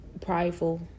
prideful